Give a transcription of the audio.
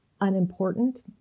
unimportant